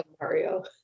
Mario